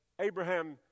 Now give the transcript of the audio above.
Abraham